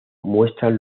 muestran